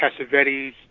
Cassavetes